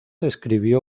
escribió